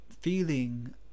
feeling